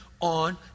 On